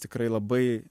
tikrai labai